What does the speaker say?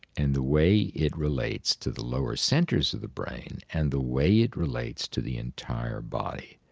and the way it relates to the lower centers of the brain and the way it relates to the entire body,